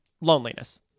loneliness